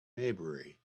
maybury